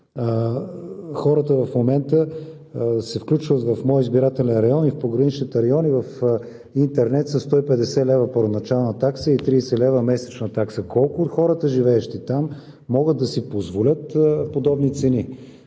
Хората в момента се включват в моя избирателен район и в пограничните райони в интернет със 150 лв. първоначална такса и 30 лв. месечна такса. Колко от хората, живеещи там, могат да си позволят подобни цени?